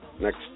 next